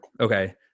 Okay